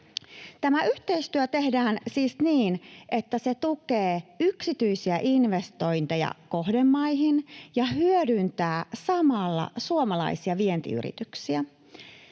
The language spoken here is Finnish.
Tämä yhteistyö tehdään siis niin, että se tukee yksityisiä investointeja kohdemaihin ja hyödyttää samalla suomalaisia vientiyrityksiä.